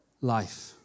life